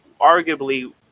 arguably